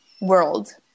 world